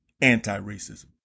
anti-racism